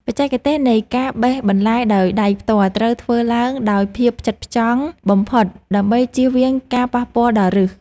បច្ចេកទេសនៃការបេះបន្លែដោយដៃផ្ទាល់ត្រូវធ្វើឡើងដោយភាពផ្ចិតផ្ចង់បំផុត ដើម្បីជៀសវាងការប៉ះពាល់ដល់ឫស។